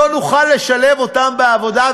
לא נוכל לשלב אותם בעבודה,